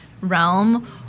realm